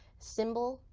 symbol,